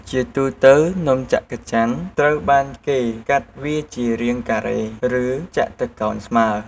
ជាទូទៅ នំច័ក្កច័នត្រូវបានគេកាត់វាជារាងការ៉េ ឬចតុកោណស្មើ។